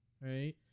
Right